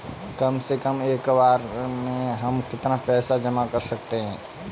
कम से कम एक बार में हम कितना पैसा जमा कर सकते हैं?